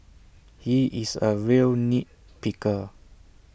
he is A real nit picker